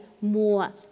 more